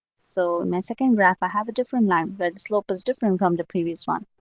so my second graph, i have a different line, but slope is different from the previous one.